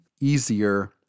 easier